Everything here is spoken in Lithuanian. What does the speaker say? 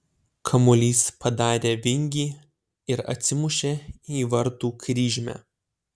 kamuolys padarė vingį ir atsimušė į vartų kryžmę